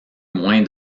moins